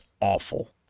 awful